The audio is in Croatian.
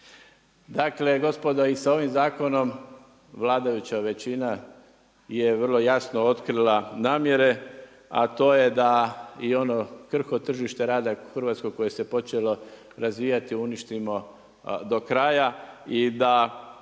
Dakle gospodo i sa ovim zakonom vladajuća većina je vrlo jasno otkrila namjere, a to je da i ono krhko tržište rada hrvatsko koje se počelo razvijati uništimo do kraja i da